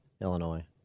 Illinois